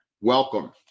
welcome